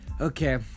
Okay